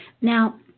now